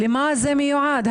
למה זה מיועד?